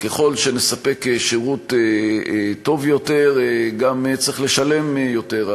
ככל שניתן שירות טוב יותר גם צריך לשלם יותר,